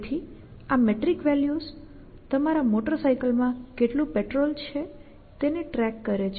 તેથી આ metric values તમારા મોટર સાયકલમાં કેટલું પેટ્રોલ છે તેને ટ્રેક કરે છે